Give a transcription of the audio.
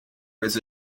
was